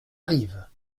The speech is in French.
arrive